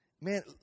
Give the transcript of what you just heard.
man